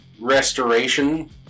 restoration